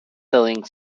selling